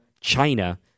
China